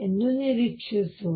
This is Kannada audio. ಎಂದು ನಿರೀಕ್ಷಿಸುವುದು